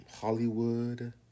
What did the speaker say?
hollywood